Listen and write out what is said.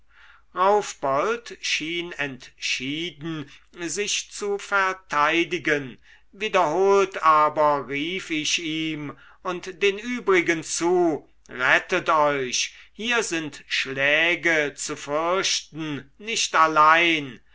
raufbold schien entschieden sich zu verteidigen wiederholt aber rief ich ihm und den übrigen zu rettet euch hier sind schläge zu fürchten nicht allein